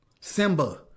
Simba